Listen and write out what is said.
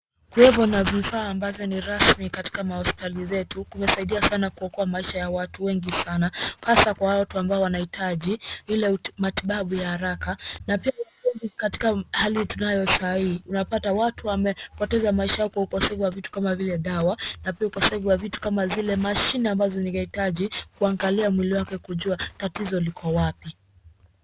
Kuwepo na vifaa ambavyo ni rasmi katika hospitali zetu kumesaidia sana kuoka maisha ya watu wengi sana hasa kwa watu ambao wanahitaji ile matibabu ya haraka. Na pia vile vile Katika hali tunayo sahii tunapata watu wamepoteza maisha kwa ukosefu wa vitu kama ile dawa na pia ukosefu wa vitu kama zile mashine wanazo hitaji kuangalia mwili wake kujua tatizo liko wapi.